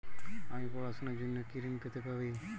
আমি পড়াশুনার জন্য কি ঋন পেতে পারি?